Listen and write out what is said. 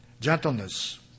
gentleness